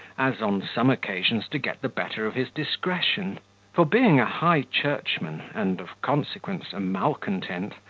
as, on some occasions, to get the better of his discretion for, being a high churchman and of consequence a malcontent,